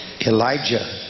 Elijah